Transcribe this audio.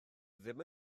ddim